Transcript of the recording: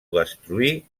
destruït